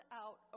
out